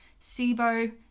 SIBO